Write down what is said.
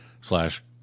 slash